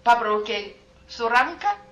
pabraukei su ranka